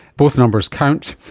both numbers count,